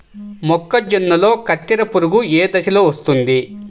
మొక్కజొన్నలో కత్తెర పురుగు ఏ దశలో వస్తుంది?